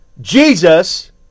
Jesus